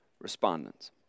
respondents